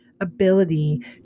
ability